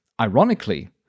ironically